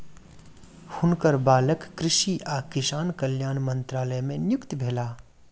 हुनकर बालक कृषि आ किसान कल्याण मंत्रालय मे नियुक्त भेला